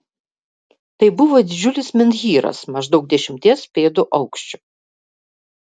tai buvo didžiulis menhyras maždaug dešimties pėdų aukščio